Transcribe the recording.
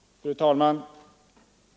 Fru talman!